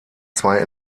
zwei